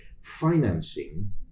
financing